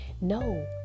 no